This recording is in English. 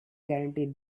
guarantee